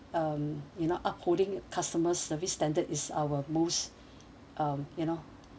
um you know upholding customer service standard is our most um you know